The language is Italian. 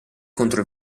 contro